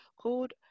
called